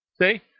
See